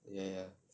ya ya